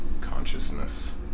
consciousness